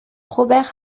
robert